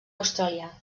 australià